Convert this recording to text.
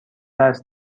است